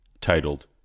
titled